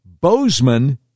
bozeman